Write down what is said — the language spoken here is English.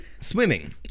Swimming